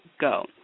go